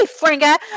Fringa